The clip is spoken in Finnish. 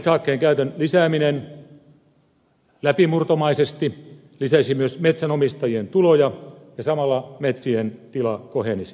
metsähakkeen käytön lisääminen läpimurtomaisesti lisäisi myös metsänomistajien tuloja ja samalla metsien tila kohenisi